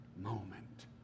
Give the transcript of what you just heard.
moment